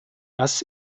das